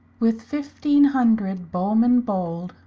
with fifteen hundred bow-men bold,